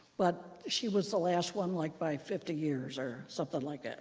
but she was the last one like by fifty years, or something like ah